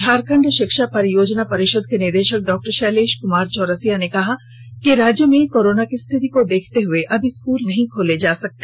झारखंड शिक्षा परियोजना परिषद के निदेशक डा शैलेश क्मार चौरसिया ने कहा है कि राज्य में कोरोना की स्थिति को देखते हए अभी स्कूल नहीं खोले जा सकते